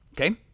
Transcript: Okay